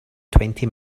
twenty